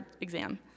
exam